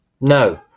no